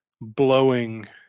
blowing